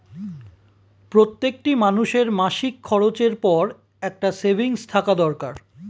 প্রত্যেকটি মানুষের মাসিক খরচের পর একটা সেভিংস থাকা দরকার